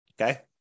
Okay